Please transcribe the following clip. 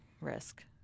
risk